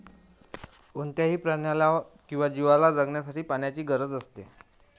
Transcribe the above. कोणत्याही प्राण्याला किंवा जीवला जगण्यासाठी पाण्याची गरज असते